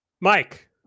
Mike